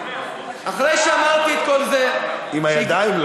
אחרי שאמרתי את כל זה, עם הידיים?